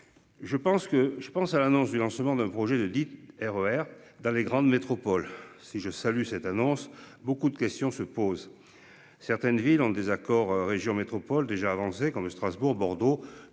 je pense à l'annonce du lancement d'un projet de 10 RER dans les grandes métropoles si je salue cette annonce beaucoup de questions se posent. Certaines villes en désaccord région métropole déjà avancé comme Strasbourg, Bordeaux,